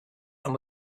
and